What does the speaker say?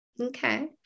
Okay